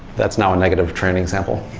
that's now a negative turn example